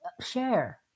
share